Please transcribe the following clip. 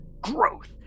growth